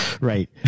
Right